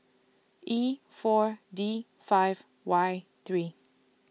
E four D five Y three